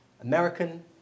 American